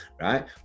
right